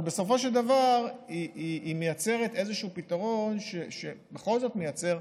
אבל בסופו של דבר היא מייצרת איזשהו פתרון שבכל זאת מייצר,